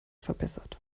verbessert